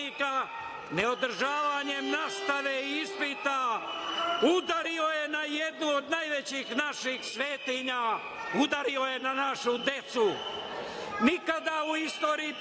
ne održavanjem nastave i ispita, udario je na jednu od najvećih naših svetinja, udario je na našu decu. Nikada u istoriji